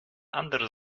andere